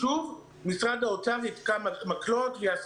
אלא אם שוב משרד האוצר יתקע מקלות ויעשה